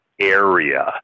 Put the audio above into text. area